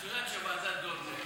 את יודעת שוועדת דורנר,